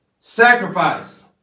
sacrifice